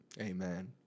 Amen